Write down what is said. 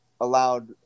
allowed